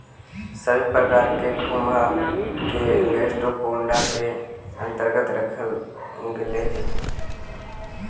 सभी प्रकार के घोंघा को गैस्ट्रोपोडा के अन्तर्गत रखल गेलई हे